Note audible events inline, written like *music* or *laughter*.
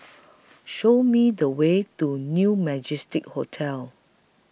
*noise* Show Me The Way to New Majestic Hotel